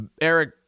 Eric